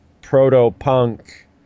proto-punk